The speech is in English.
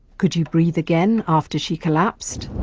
could you breathe again after she collapsed?